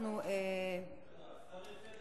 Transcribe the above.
השר הציע